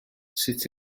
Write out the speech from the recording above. sut